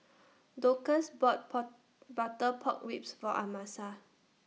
Dorcas bought Pork Butter Pork Ribs For Amasa